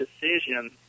decision